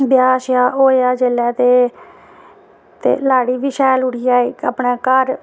ब्याह् होएआ जेल्लै ते लाड़ी बी शैल उठी आई अपने घर